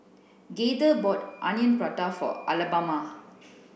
Gaither bought onion Prata for Alabama